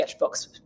sketchbooks